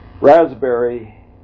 Raspberry